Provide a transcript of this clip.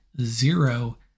zero